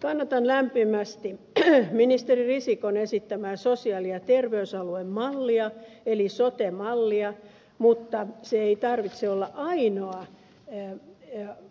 kannatan lämpimästi ministeri risikon esittämää sosiaali ja terveysalueen mallia eli sote mallia mutta se ei tarvitse olla ainoa